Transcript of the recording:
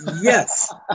Yes